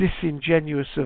disingenuous